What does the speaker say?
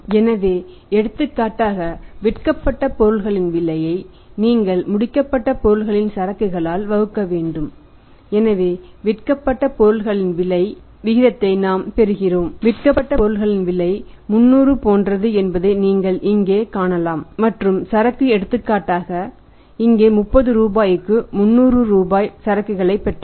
எனவே எடுத்துக்காட்டாக விற்கப்பட்ட பொருட்களின் விலையை நீங்கள் முடிக்கப்பட்ட பொருட்களின் சரக்குகளால் வகுக்க வேண்டும் எனவே விற்கப்பட்ட பொருட்களின் விலையை விகிதத்தை நாம் பெறுகிறோம் விற்கப்பட்ட பொருட்களின் விலை 300 போன்றது என்பதை நீங்கள் இங்கே காணலாம் மற்றும் சரக்கு எடுத்துக்காட்டாக இங்கே 30 ரூபாய்க்கு 300 ரூபாய் சரக்குகளைப் பெற்றது